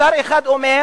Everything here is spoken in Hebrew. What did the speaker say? משטר אחד אומר: